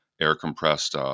air-compressed